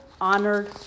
honored